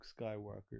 skywalker